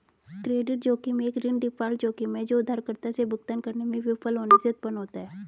credit जोखिम एक ऋण डिफ़ॉल्ट जोखिम है जो उधारकर्ता से भुगतान करने में विफल होने से उत्पन्न होता है